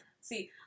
See